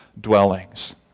dwellings